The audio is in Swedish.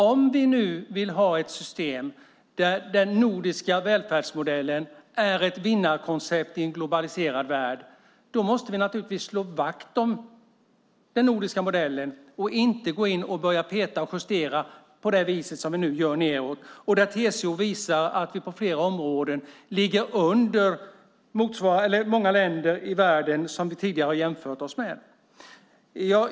Om vi vill ha ett system där den nordiska välfärdsmodellen är ett vinnarkoncept i en globaliserad värld måste vi naturligtvis slå vakt om den nordiska modellen och inte gå in och börja peta och justera på det vis som vi nu gör nedåt. TCO visar att vi på flera områden ligger under många länder i världen som vi tidigare har jämfört oss med.